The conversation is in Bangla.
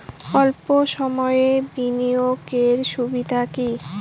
অল্প সময়ের বিনিয়োগ এর সুবিধা কি?